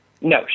No